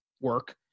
work